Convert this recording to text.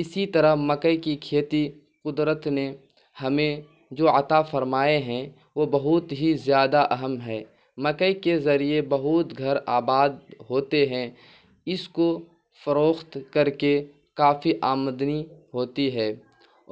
اسی طرح مکئی کی کھیتی قدرت نے ہمیں جو عطا فرمائے ہیں وہ بہت ہی زیادہ اہم ہیں مکئی کے ذریعے بہت گھر آباد ہوتے ہیں اس کو فروخت کر کے کافی آمدنی ہوتی ہے